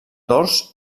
dors